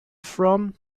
from